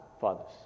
fathers